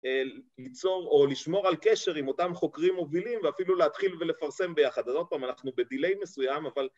ליצור או לשמור על קשר עם אותם חוקרים מובילים ואפילו להתחיל ולפרסם ביחד. אז עוד פעם, אנחנו בדיליי מסוים, אבל...